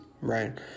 right